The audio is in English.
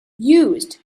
used